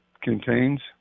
Contains